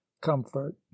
comfort